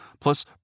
plus